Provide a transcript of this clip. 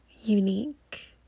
unique